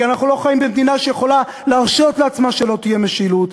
כי אנחנו לא חיים במדינה שיכולה להרשות לעצמה שלא תהיה משילות,